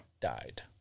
died